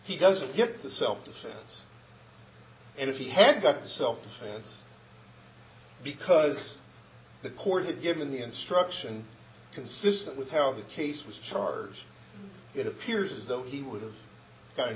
he doesn't get the self defense and if he had got the self defense because the court had given the instruction consistent with how the case was char's it appears as though he would've gotten